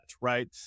right